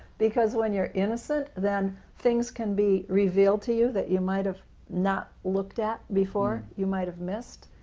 because when you are innocent, then things can be revealed to you that you might have not looked at before you might have missed.